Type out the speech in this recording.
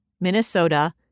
Minnesota